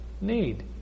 need